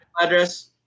address